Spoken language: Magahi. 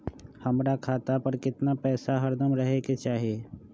हमरा खाता पर केतना पैसा हरदम रहे के चाहि?